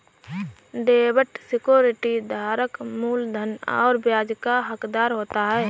डेब्ट सिक्योरिटी धारक मूलधन और ब्याज का हक़दार होता है